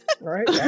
Right